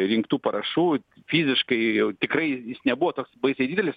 rinktų parašų fiziškai jau tikrai jis nebuvo toks baisiai didelis